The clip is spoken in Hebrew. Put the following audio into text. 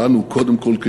לנו קודם כול כיהודים,